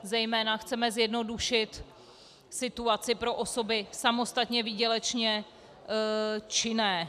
Zejména chceme zjednodušit situaci pro osoby samostatně výdělečně činné.